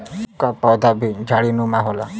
गुलाब क पौधा भी झाड़ीनुमा होला